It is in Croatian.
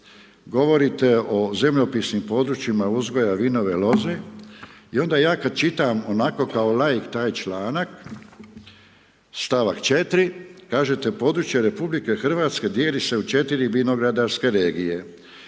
Govorite o zemljopisnim područjima uzgoja vinove loze i onda ja kad čitam onako kao laik taj članak, st. 4., kažete, područje RH dijeli se u 4 vinogradarske regije.